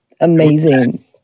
amazing